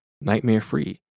nightmare-free